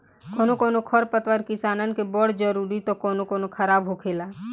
कौनो कौनो खर पतवार किसानन के बड़ जरूरी त कौनो खराब होखेला